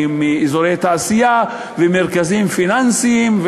מאזורי תעשייה ומרכזים פיננסיים,